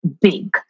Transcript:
big